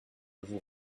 vous